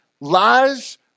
Lies